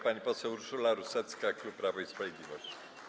Pani poseł Urszula Rusecka, klub Prawo i Sprawiedliwość.